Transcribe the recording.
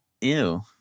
Ew